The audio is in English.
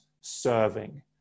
serving